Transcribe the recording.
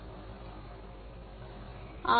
மாணவர் ஆம்